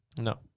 No